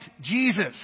Jesus